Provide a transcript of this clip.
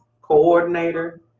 coordinator